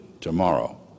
tomorrow